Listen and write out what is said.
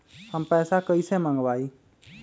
हम पैसा कईसे मंगवाई?